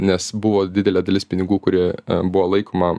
nes buvo didelė dalis pinigų kurie buvo laikoma